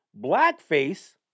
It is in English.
Blackface